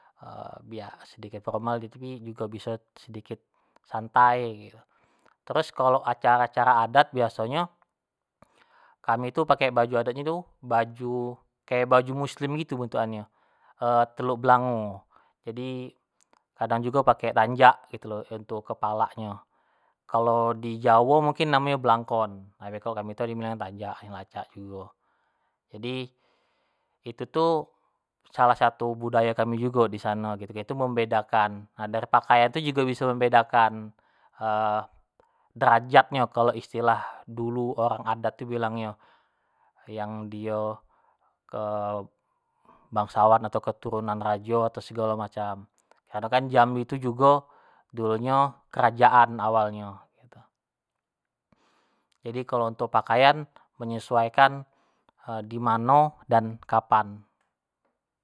biak sedikit formal tapi biso jugo sedikit santai gitu, terus kalo acara-acara adat biasonyo kami tu pake baju adat nyo tu kek baju muslim gitu bentuk an nyo, teluk belango, jadi kadang jugo pake tanjak gitu lo untuk kepalak nyo, kalo di jawo mungkin namo nyo blankon, tapi kalo kami tu di melayu yu tanjak dan lacak jugo, jadi itu tu salah satu budayo kami jugo disano, gitu tu membedakan nah dari pakaian jugo bisa membedakan derajatnyo, kalo istilah dulu orang adat tu bilangnyo yang dio bangsawan atau keturunan rajo atau segalo macam karenokan jambi tu jugo dulu nyo tu kerajaan awalnyo gitu, jadi kalo untuk pakaian menyesuaiakan dimano dan kapan.